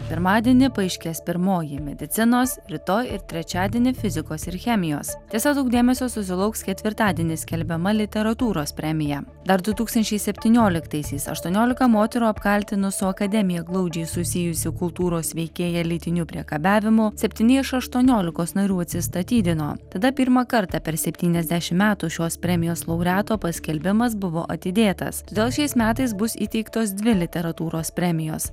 pirmadienį paaiškės pirmoji medicinos rytoj ir trečiadienį fizikos ir chemijos tiesa daug dėmesio susilauks ketvirtadienį skelbiama literatūros premija dar du tūkstančiai septynioliktaisiais aštuoniolika moterų apkaltino su akademija glaudžiai susijusį kultūros veikėją lytiniu priekabiavimu septyni iš aštuoniolikos narių atsistatydino tada pirmą kartą per septyniasdešimt metų šios premijos laureato paskelbimas buvo atidėtas todėl šiais metais bus įteiktos dvi literatūros premijos